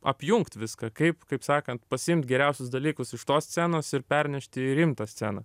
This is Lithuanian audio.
apjungt viską kaip kaip sakant pasiimt geriausius dalykus iš tos scenos ir pernešti į rimtą sceną